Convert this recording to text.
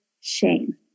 shame